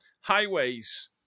highways